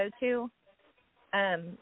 go-to